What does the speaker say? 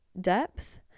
depth